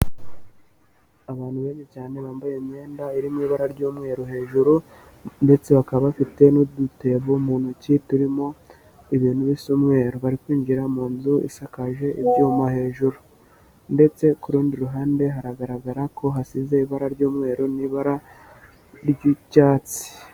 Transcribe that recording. Abantu benshi cyane bambaye imyenda irimo ibara ry'umweru hejuru ndetse bakaba bafite n'udutebo mu ntoki turimo ibintu bisa umweru, bari kwinjira mu nzu isakaje ibyuma hejuru ndetse ku rundi ruhande haragaragara ko hasize ibara ry'umweru n'ibara ry'icyatsi.